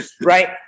right